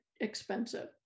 expensive